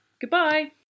goodbye